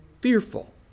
fearful